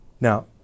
Now